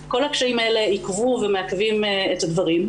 כל הקשיים האלה עיכבו ומעכבים את הדברים.